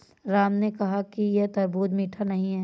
राम ने कहा कि यह तरबूज़ मीठा नहीं है